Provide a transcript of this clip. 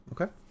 okay